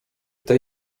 tej